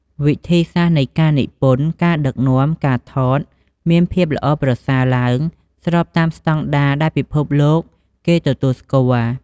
វិធីសាស្ត្រនៃការនិពន្ធ ការដឹកនាំ ការថត មានភាពល្អប្រសើរឡើង ស្របតាមស្តង់ដារដែលពិភពលោកគេទទួលស្គាល់។